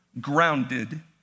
grounded